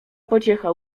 pociecha